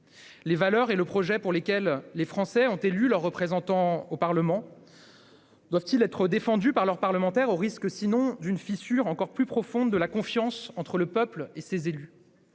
Les valeurs et le projet pour lesquels les Français ont élu leurs représentants au Parlement doivent-ils être défendus par leurs parlementaires, au risque sinon d'une fissure encore plus profonde de la confiance entre le peuple et ses élus ?